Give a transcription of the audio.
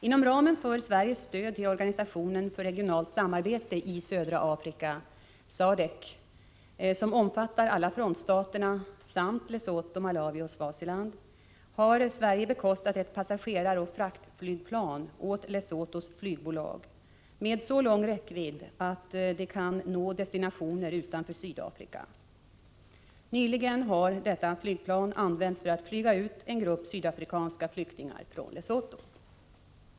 Inom ramen för Sveriges stöd till organisationen för regionalt samarbete i södra Afrika som omfattar alla frontstaterna , har Sverige bekostat ett passageraroch fraktflygplan åt Lesothos flygbolag med så lång räckvidd att det kan nå destinationer utanför Sydafrika. Nyligen har detta flygplan använts för att flyga ut en grupp sydafrikanska flyktingar från Lesotho.